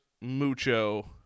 mucho